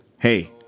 hey